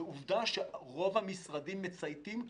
ועובדה שרוב המשרדים מצייתים,